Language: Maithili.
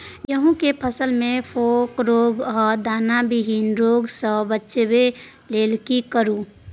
गेहूं के फसल मे फोक रोग आ दाना विहीन रोग सॅ बचबय लेल की करू?